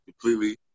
completely